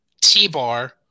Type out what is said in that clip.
T-Bar